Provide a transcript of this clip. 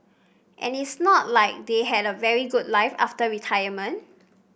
and it's not like they had a very good life after retirement